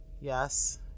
yes